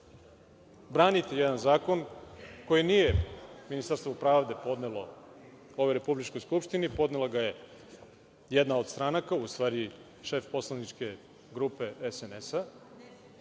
branite jedan zakon, koji nije Ministarstvo pravde podnelo ovoj republičkoj Skupštini, podnela ga je jedna od stranaka, u stvari šef poslaničke grupe SNS,